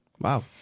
Wow